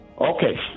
Okay